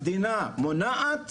המדינה מונעת